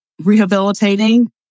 rehabilitating